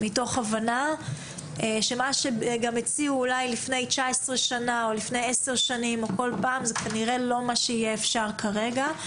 מתוך הבנה שמה שהציעו לפני 19 שנים או 10 שנים כנראה לא יתאפשר כרגע.